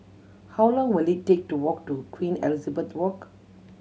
how long will it take to walk to Queen Elizabeth Walk